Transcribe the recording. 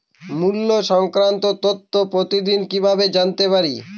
মুল্য সংক্রান্ত তথ্য প্রতিদিন কিভাবে জানতে পারি?